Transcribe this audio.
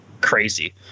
crazy